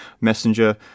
Messenger